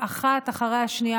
אחת אחרי השנייה,